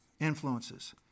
influences